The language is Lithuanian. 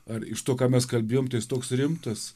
ar iš to ką mes kalbėjom tai jis toks rimtas